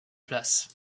place